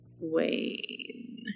Wayne